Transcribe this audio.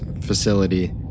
facility